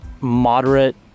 moderate